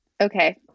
Okay